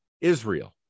Israel